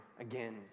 again